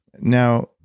Now